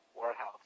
Warehouse